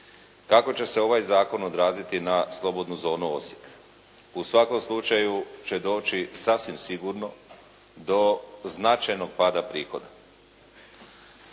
Tako će se ovaj zakon odraziti na slobodnu zonu Osijek. U svakom slučaju će doći sasvim sigurno do značajnog pada prihoda.